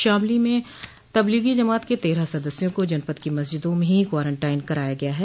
शामली में तबलीगी जमात के तेरह सदस्यों को जनपद की मस्जिदों में ही क्वारनटाइन कराया गया है